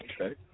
Okay